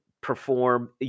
perform